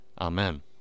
Amen